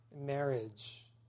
marriage